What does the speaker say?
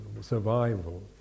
survival